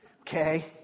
okay